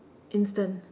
instant